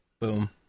Boom